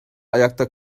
ayakta